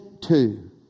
two